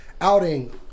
outing